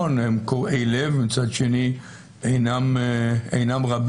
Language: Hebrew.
הם קורעי לב ומצד שני הם אינם רבים.